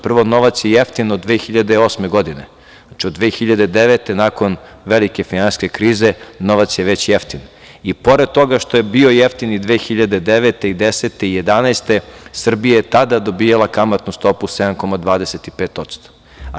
Prvo, novac je jeftin od 2008. godine, znači od 2009. godine, nakon velike finansijske krize novac je već jeftin, i pored toga što je bio jeftin i 2009, 2010. i 2011. godine, Srbija je tada dobijala kamatnu stopu 7,25%